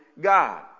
God